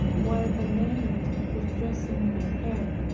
while the maid was dressing my hair.